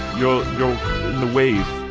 you're you're in the wave.